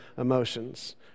emotions